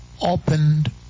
opened